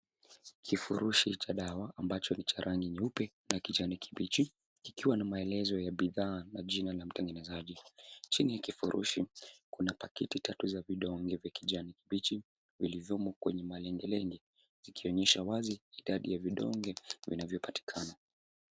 Kifurushi cha dawa ambacho ni cha rangi nyeupe, na kijani kibichi, kikiwa na maelezo ya bidhaa na jina la mtengenezaji. Chini ya kifurushi, kuna pakiti tatu za vidonge vya kijani kibichi, vilivyomo kwenye malengelenge, zikionyesha wazi idadi ya vidonge vinavyopatikana.